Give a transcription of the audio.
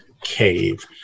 cave